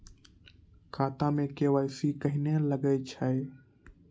खाता मे के.वाई.सी कहिने लगय छै?